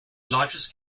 largest